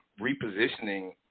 repositioning